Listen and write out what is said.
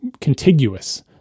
contiguous